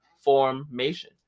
formation